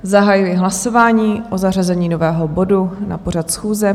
Zahajuji hlasování o zařazení nového bodu na pořad schůze.